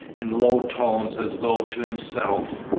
in low tones, as though to himself.